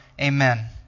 Amen